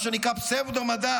מה שנקרא פסבדו-מדע,